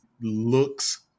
looks